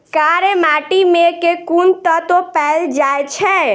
कार्य माटि मे केँ कुन तत्व पैल जाय छै?